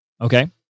okay